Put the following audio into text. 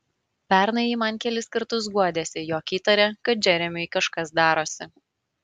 pernai ji man kelis kartus guodėsi jog įtaria kad džeremiui kažkas darosi